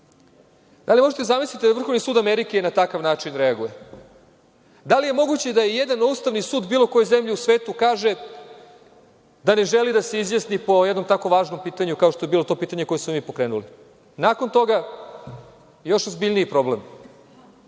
Da li možete da zamislite, da je Vrhovni sud Amerike, i na takav način reaguje? Da li je moguće da je jedan Ustavni sud bilo u kojoj zemlji u svetu kaže, da ne želi da se izjasni po jednom tako važnom pitanju, kao što je bilo to pitanje koje smo mi pokrenuli? Nakon toga još ozbiljniji problem.